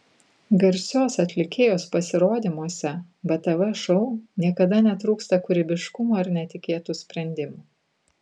garsios atlikėjos pasirodymuose btv šou niekada netrūksta kūrybiškumo ir netikėtų sprendimų